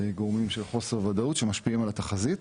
גורמים של חוסר ודאות שמשפיעים על התחזית.